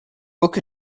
book